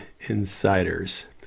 insiders